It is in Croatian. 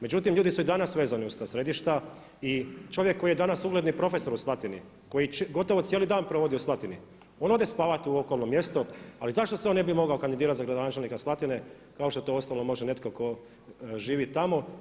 Međutim, ljudi su i danas vezani uz ta središta i čovjek koji je danas ugledni profesor u Slatini koji gotovo cijeli dan provodi u Slatini, on ode spavati u okolno mjesto ali zašto se on ne bi mogao kandidirati za gradonačelnika Slatine kao što to uostalom može netko ko živi tamo?